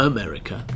America